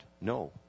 No